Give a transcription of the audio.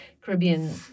Caribbean